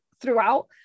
throughout